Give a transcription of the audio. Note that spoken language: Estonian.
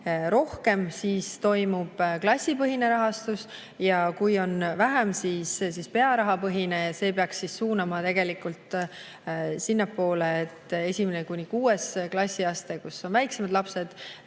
rohkem, siis toimub klassipõhine rahastus, ja kui on vähem, siis pearahapõhine. See peaks suunama sinnapoole, et esimene kuni kuues klass, kus on väiksemad lapsed,